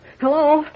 Hello